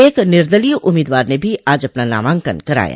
एक निर्दलीय उम्मीदवार ने भी आज अपना नामांकन कराया